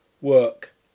Work